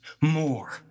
More